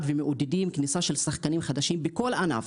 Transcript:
ומעודדים כניסה של שחקנים חדשים בכל ענף,